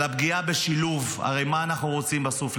על הפגיעה בשילוב, הרי מה אנחנו רוצים בסוף?